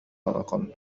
الأقل